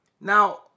Now